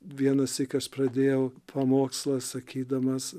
vienąsyk aš pradėjau pamokslą sakydamas